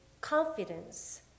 confidence